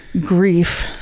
grief